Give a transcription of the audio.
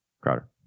Crowder